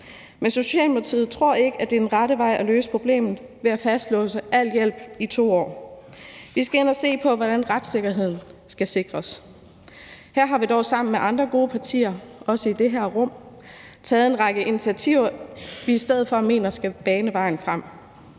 Men i Socialdemokratiet tror vi ikke, det er den rette måde at løse problemet på ved at fastlåse al hjælp i 2 år. Vi skal ind at se på, hvordan retssikkerheden skal sikres. Her har vi dog sammen med andre gode partier, også i det her rum, taget en række initiativer, som vi i stedet for mener skal bane vejen frem.